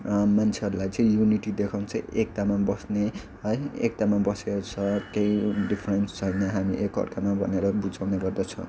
मान्छेहरूलाई चाहिँ युनिटी देखाउँछ एकतामा बस्ने है एकतामा बसेको छ केही डिफरेन्स छैन हामी एकअर्कामा भनेर बुझाउने गर्दछ